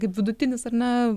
kaip vidutinis ar ne